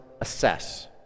assess